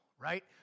right